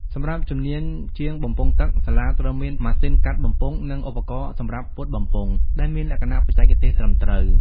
សម្រាប់ជំនាញ ជាងបំពង់ទឹក សាលាត្រូវមាន ម៉ាស៊ីនកាត់បំពង់ និង ឧបករណ៍សម្រាប់ពត់បំពង់ ដែលមានលក្ខណៈបច្ចេកទេសត្រឹមត្រូវ។